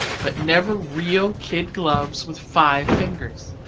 but never real kid gloves with five fingers.